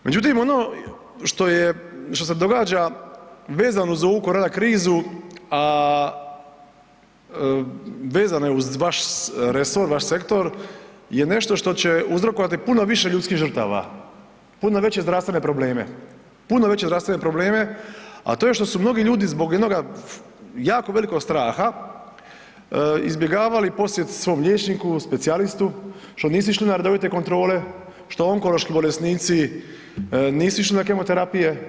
Međutim ono što se događa vezano uz ovu korona krizu, a vezano je uz vaš resor, vaš sektor je nešto što će uzrokovati puno više ljudskih žrtava, puno veće zdravstvene probleme, a to je što su mnogi ljudi zbog jednoga jako velikog straha izbjegavali posjet svom liječniku, specijalistu, što nisu išli na redovite kontrole, što onkološki bolesnici nisu išli na kemoterapije.